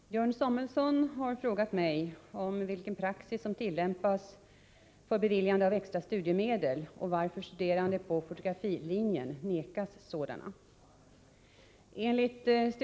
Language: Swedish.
Fru talman! Björn Samuelson har frågat mig om vilken praxis som tillämpas för beviljande av extra studiemedel och varför studerande på fotografilinjen nekas sådana.